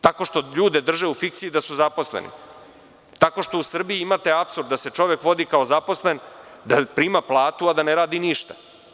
Tako što ljude drže u fikciji da su zaposleni, tako što u Srbiji imate apsurd da se čovek vodi kao zaposlen i prima platu a ne radi ništa.